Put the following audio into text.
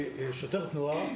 שוטר תנועה